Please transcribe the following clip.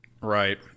Right